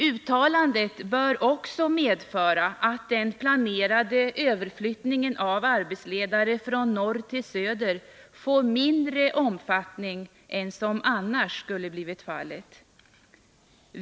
Uttalandet bör också medföra att den planerade överflyttningen av arbetsledare från norr till söder får mindre omfattning än som annars skulle blivit fallet.